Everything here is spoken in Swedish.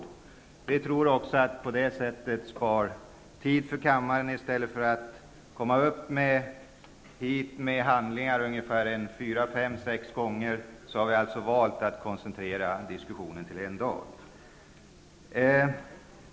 Vi tror att vi på det sättet sparar tid för kammaren. I stället för att komma hit med handlingar fyra, fem eller sex gånger har vi alltså valt att koncentrera diskussionen till en dag.